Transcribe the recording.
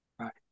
Right